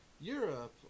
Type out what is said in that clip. Europe